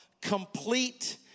complete